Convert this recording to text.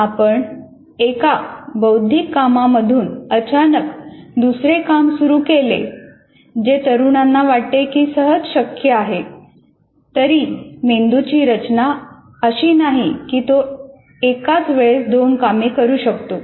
आपण एका बौद्धिक कामामधून अचानक दुसरे काम सुरू केले जे तरुणांना वाटते की सहज शक्य आहे तरी मेंदूची रचना अशी नाही कि तो एकाच वेळेस दोन कामे करू शकतो